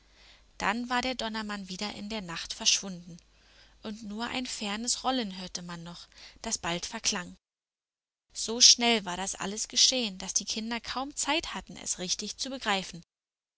dann war der donnermann wieder in der nacht verschwunden und nur ein fernes rollen hörte man noch das bald verklang so schnell war das alles geschehen daß die kinder kaum zeit hatten es richtig zu begreifen